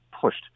pushed